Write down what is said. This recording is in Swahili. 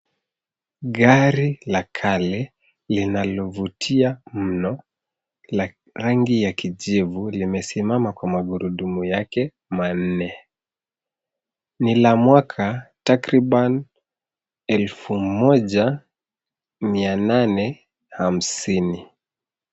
Gari la kale linalovutia mno la rangi ya kijivu limesimama kwa magurudumu yake manne. Ni la mwaka takriban elfu moja mia nane hamsini.